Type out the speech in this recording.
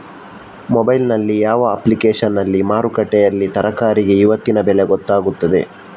Mobile ನಲ್ಲಿ ಯಾವ ಅಪ್ಲಿಕೇಶನ್ನಲ್ಲಿ ಮಾರುಕಟ್ಟೆಯಲ್ಲಿ ತರಕಾರಿಗೆ ಇವತ್ತಿನ ಬೆಲೆ ಗೊತ್ತಾಗುತ್ತದೆ?